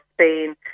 Spain